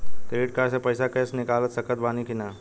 Credit card से पईसा cash निकाल सकत बानी की ना?